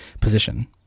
position